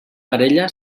parella